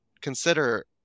Consider